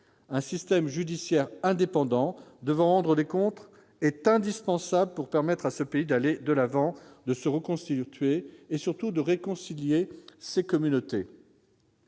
un système judiciaire indépendant de vendre des comptes est indispensable pour permettre à ce pays d'aller de l'avant de se reconstituer et surtout de réconcilier ces communautés.